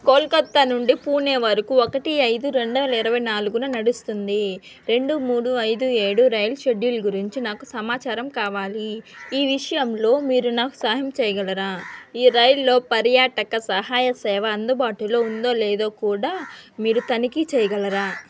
కోల్కత్తా నుండి పూణే వరుకు ఒకటి ఐదు రెండు వేల ఇరవై నాలుగున నడుస్తుంది రెండు మూడు ఐదు ఏడు రైలు షెడ్యూల్ గురించి నాకు సమాచారం కావాలి ఈ విషయంలో మీరు నా సహాయం చేయగలరా ఈ రైలులో పర్యాటక సహాయ సేవ అందుబాటులో ఉందో లేదో కూడా మీరు తనిఖీ చేయగలరా